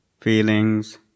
feelings